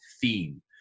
theme